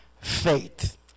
faith